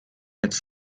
its